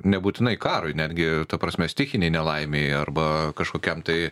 nebūtinai karui netgi ta prasme stichinei nelaimei arba kažkokiam tai